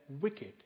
wicked